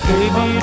Baby